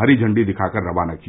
हरी झंडी दिखाकर रवाना किया